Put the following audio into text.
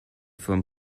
from